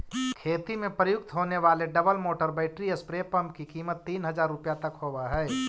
खेती में प्रयुक्त होने वाले double motor battery spray pump की कीमत तीन हज़ार रुपया तक होवअ हई